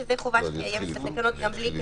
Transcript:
שזו חובה גם בלי קשר,